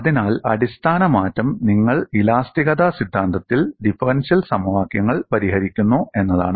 അതിനാൽ അടിസ്ഥാന മാറ്റം നിങ്ങൾ ഇലാസ്തികത സിദ്ധാന്തത്തിൽ ഡിഫറൻഷ്യൽ സമവാക്യങ്ങൾ പരിഹരിക്കുന്നു എന്നതാണ്